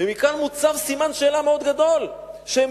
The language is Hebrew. ומכאן נוצר סימן שאלה מאוד גדול שהם